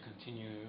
continue